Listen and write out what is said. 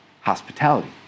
hospitality